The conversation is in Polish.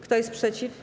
Kto jest przeciw?